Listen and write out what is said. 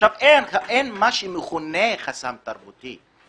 עכשיו אין מה שמכונה חסם תרבותי.